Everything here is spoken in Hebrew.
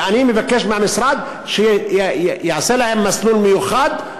ואני מבקש מהמשרד שיעשה להם מסלול מיוחד.